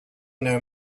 know